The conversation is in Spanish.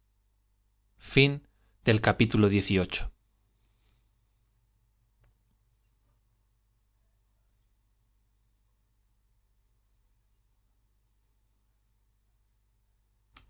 fin del cual